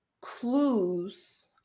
clues